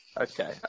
Okay